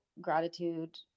gratitude